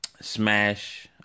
Smash